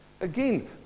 Again